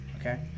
Okay